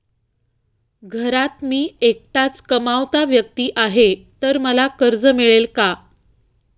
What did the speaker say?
घरात मी एकटाच कमावता व्यक्ती आहे तर मला कर्ज मिळेल का?